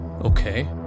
Okay